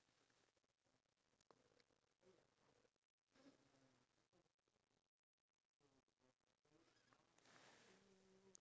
as long as I got um gida only cause lily today decided to go out then mama and hussein